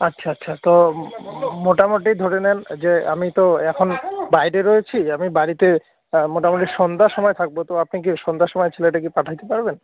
আচ্ছা আচ্ছা তো মোটামুটি ধরে নিন যে আমি তো এখন বাইরে রয়েছি আমি বাড়িতে মোটামুটি সন্ধ্যার সময় থাকব তো আপনি কি ওই সন্ধ্যার সময় ছেলেটাকে পাঠাতে পারবেন